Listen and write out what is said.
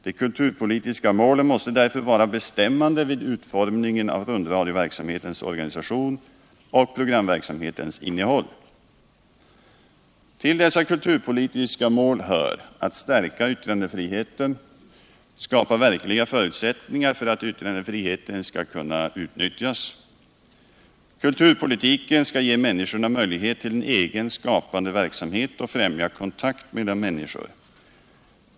De kulturpolitiska målen måste därför vara bestämmande vid utformningen av rundradioverksamhetens organisation och programverksamhetens innehåll. Till dessa kulturpolitiska mål hör att stärka yttrandefriheten och skapa verkliga förutsättningar för att yttrandefriheten skall kunna utnyttjas. Kulturpolitiken skall ge människorna möjligheter till egen skapande verksamhet och främja kontakt mellan människor.